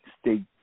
state